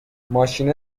ماشین